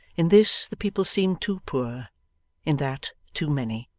in this, the people seemed too poor in that, too many.